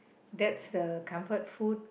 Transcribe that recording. that's the comfort food